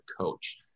coach